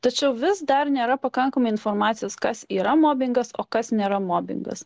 tačiau vis dar nėra pakankamai informacijos kas yra mobingas o kas nėra mobingas